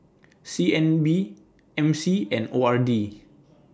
C N B M C and O R D